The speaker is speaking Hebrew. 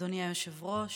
הלל ויגל,